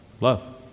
love